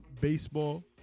baseball